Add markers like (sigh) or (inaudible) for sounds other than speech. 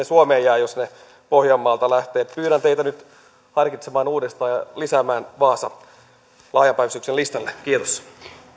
(unintelligible) suomeen jää jos ne pohjanmaalta lähtevät pyydän teitä nyt harkitsemaan uudestaan ja lisäämään vaasan laajan päivystyksen listalle kiitos